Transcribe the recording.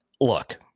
Look